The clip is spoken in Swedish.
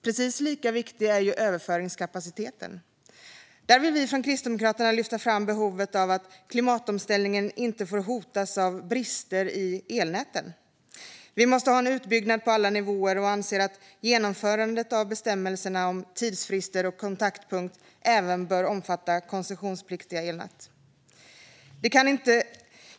Precis lika viktig är överföringskapaciteten. Där vill vi från Kristdemokraterna lyfta fram behovet av att klimatomställningen inte hotas av brister i elnäten. Vi måste ha en utbyggnad på alla nivåer. Vi anser att genomförandet av bestämmelserna om tidsfrister och kontaktpunkt även bör omfatta koncessionspliktiga elnät.